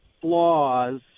flaws